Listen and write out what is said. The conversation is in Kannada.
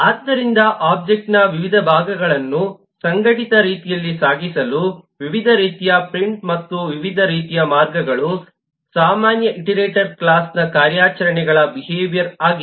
ಆದ್ದರಿಂದ ಒಬ್ಜೆಕ್ಟ್ನ ವಿವಿಧ ಭಾಗಗಳನ್ನು ಸಂಘಟಿತ ರೀತಿಯಲ್ಲಿ ಸಾಗಿಸಲು ವಿವಿಧ ರೀತಿಯ ಪ್ರಿಂಟ್ ಮತ್ತು ವಿವಿಧ ರೀತಿಯ ಮಾರ್ಗಗಳು ಸಾಮಾನ್ಯ ಇಟರೇಟರ್ ಕ್ಲಾಸ್ನ ಕಾರ್ಯಾಚರಣೆಗಳ ಬಿಹೇವಿಯರ್ ಆಗಿದೆ